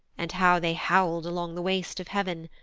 and how they howl'd along the waste of heav'n.